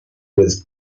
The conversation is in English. with